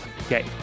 Okay